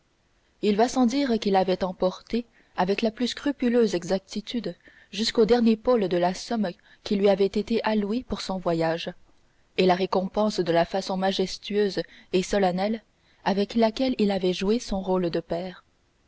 il va sans dire qu'il avait emporté avec la plus scrupuleuse exactitude jusqu'au dernier paul de la somme qui lui avait été allouée pour son voyage et pour la récompense de la façon majestueuse et solennelle avec laquelle il avait joué son rôle de père